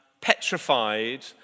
petrified